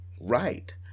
Right